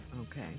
Okay